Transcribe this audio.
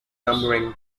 numbering